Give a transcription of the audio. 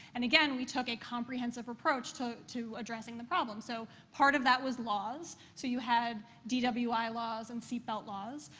and again, we took a comprehensive approach to to addressing the problem. so part of that was laws. so you had dwi laws and seatbelt laws.